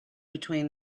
between